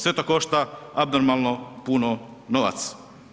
Sve to košta abnormalno puno novaca.